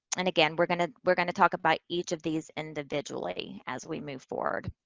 and again, we're going to, we're going to talk about each of these individually as we move forward.